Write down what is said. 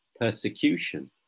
persecution